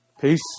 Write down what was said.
Peace